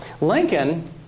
Lincoln